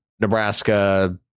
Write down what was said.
nebraska